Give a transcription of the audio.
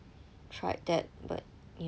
tried that but